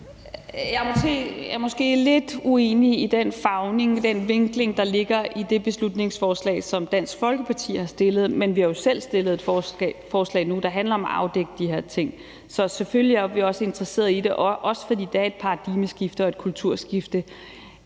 Jeg er måske lidt uenig i den vinkling, der ligger i det beslutningsforslag, som Dansk Folkeparti har fremsat, men vi har jo selv fremsat et forslag nu, der handler om at afdække de her ting. Så selvfølgelig er vi også interesserede i det, også fordi det er et paradigmeskifte og et kulturskifte.